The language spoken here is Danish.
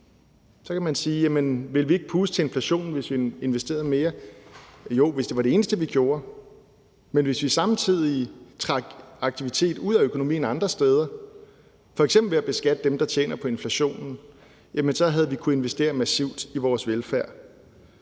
Så kan man sige: Jamen ville vi ikke puste til inflationen, hvis vi investerede mere? Jo, hvis det var det eneste, vi gjorde. Men hvis vi samtidig trak aktivitet ud af økonomien andre steder, f.eks. ved at beskatte dem, der tjener på inflationen, jamen så havde vi kunnet investere massivt i vores velfærd